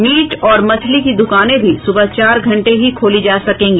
meet और मछली की दुकानें भी सुबह चार घंटें ही खोली जा सकेंगी